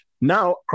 Now